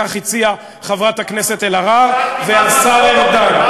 כך הציעו חברת הכנסת אלהרר והשר ארדן.